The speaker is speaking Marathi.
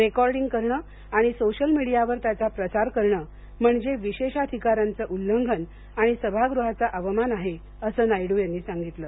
रेकॉर्डिंग करणे आणि सोशल मीडियावर त्याचा प्रसार करणे म्हणजे विशेषाधिकाराचं उल्लंघन आणि सभागृहाचा अवमान आहे असं नायडू यांनी सांगितलं